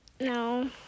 No